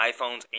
iPhones